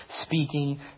Speaking